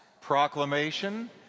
proclamation